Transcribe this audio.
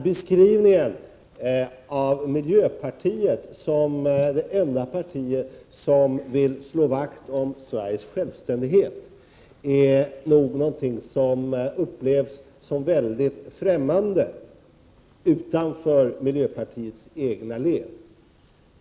Beskrivningen av miljöpartiet som det enda parti som vill slå vakt om Sveriges självständighet är nog något som upplevs som mycket främmande utanför miljöpartiets egna led.